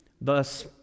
thus